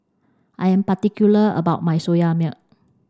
I am particular about my Soya milk